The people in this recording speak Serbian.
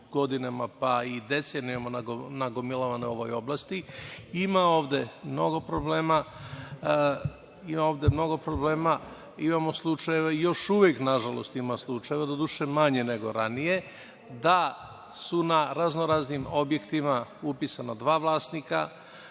pa i decenijama nagomilavane u ovoj oblasti, ima ovde mnogo problema. Imamo slučajeve još uvek, nažalost, doduše manje nego ranije, da su na raznoraznim objektima upisana dva vlasnika,